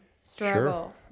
struggle